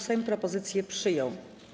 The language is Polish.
Sejm propozycję przyjął.